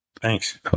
Thanks